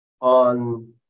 on